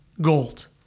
gold